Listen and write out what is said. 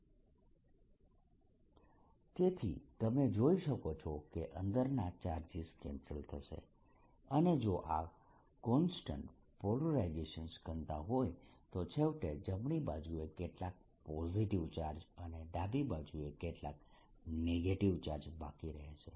r rr r3dv તેથી તમે જોઈ શકો છો કે અંદરના ચાર્જીસ કેન્સલ થશે અને જો આ કોન્સ્ટન્ટ પોલરાઇઝેશન ઘનતા હોય તો છેવટે જમણી બાજુએ કેટલાક પોઝિટીવ ચાર્જ અને ડાબી બાજુએ કેટલાક નેગેટીવ ચાર્જ બાકી રહેશે